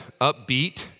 upbeat